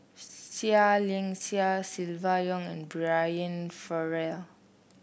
Seah Liang Seah Silvia Yong and Brian Farrell